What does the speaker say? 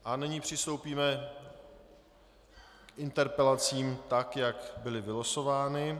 A nyní přistoupíme k interpelacím tak, jak byly vylosovány.